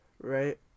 right